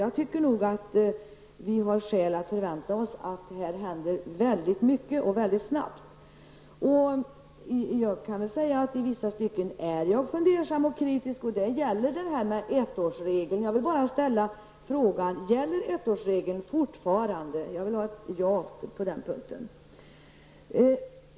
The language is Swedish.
Jag tycker nog att vi har skäl att förvänta oss att här händer mycket och att det händer snabbt. Jag kan säga att jag i vissa stycken är fundersam och kritisk. Det gäller bl.a. ettårsregeln. Jag vill ställa en fråga till Maj-Lis Lööw: Gäller ettårsregeln fortfarande? Jag vill ha ett ja som svar på den punkten.